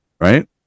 right